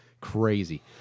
crazy